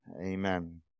Amen